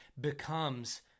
becomes